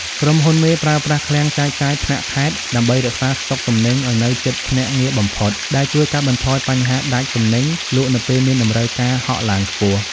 ក្រុមហ៊ុនមេប្រើប្រាស់ "ឃ្លាំងចែកចាយថ្នាក់ខេត្ត" ដើម្បីរក្សាស្តុកទំនិញឱ្យនៅជិតភ្នាក់ងារបំផុត ដែលជួយកាត់បន្ថយបញ្ហាដាច់ទំនិញលក់នៅពេលមានតម្រូវការហក់ឡើងខ្ពស់។